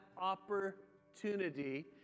opportunity